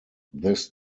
this